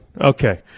Okay